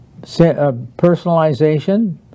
personalization